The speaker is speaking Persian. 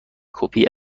کپی